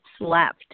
left